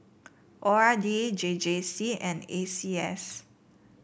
O R D J J C and A C S